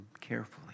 carefully